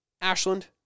Ashland